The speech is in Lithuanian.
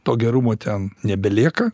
to gerumo ten nebelieka